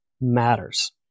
matters